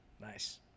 nice